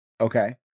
Okay